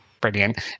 Brilliant